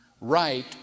right